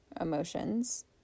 emotions